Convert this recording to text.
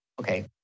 okay